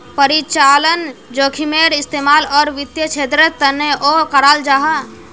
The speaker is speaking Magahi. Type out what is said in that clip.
परिचालन जोखिमेर इस्तेमाल गैर वित्तिय क्षेत्रेर तनेओ कराल जाहा